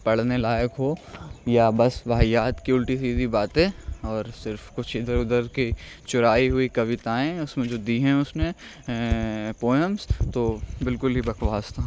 پڑھنے لائق ہو یا بس واہیات کی الٹی سیدھی باتیں اور صرف کچھ ادھر ادھر کی چرائی ہوئی کویتائیں اس میں جو دی ہیں اس نے پوئمس تو بالکل ہی بکواس تھا